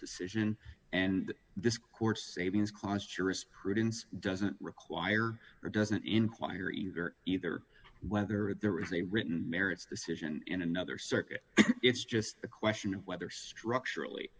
decision and this court savings clause jurisprudence doesn't require or doesn't inquiry or either whether there is a written merits decision in another circuit it's just a question of whether structurally